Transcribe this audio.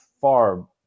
far